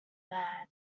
bad